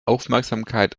aufmerksamkeit